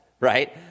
right